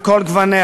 על כל גווניה.